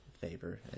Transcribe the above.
favor